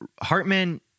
Hartman